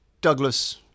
Douglas